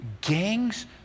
Gangs